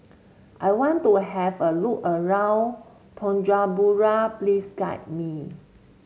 I want to have a look around Bujumbura please guide me